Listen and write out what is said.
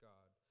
God